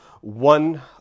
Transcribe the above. one